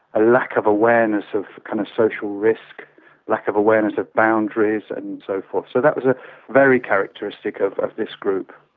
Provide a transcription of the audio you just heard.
a lack of awareness of kind of social risk, a lack of awareness of boundaries and so forth. so that was ah very characteristic of of this group.